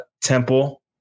temple